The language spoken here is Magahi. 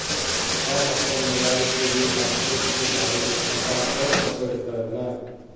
हम मोबाईल से भी मार्केट के बारे में पता कर सके है नय?